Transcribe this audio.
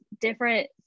different